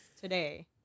today